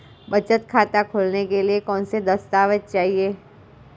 बचत खाता खोलने के लिए कौनसे दस्तावेज़ चाहिए?